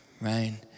right